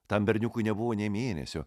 tam berniukui nebuvo nė mėnesio